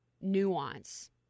nuance